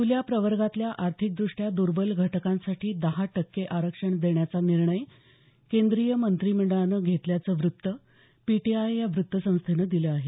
ख्रल्या प्रवर्गातल्या आर्थिकदृष्ट्या दुर्बल घटकांसाठी दहा टक्के आरक्षण देण्याचा निर्णय केंद्रीय मंत्रिमंडळानं घेतल्याचं पीटीआय या वृत्त संस्थेने दिलं आहे